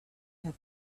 had